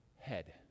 head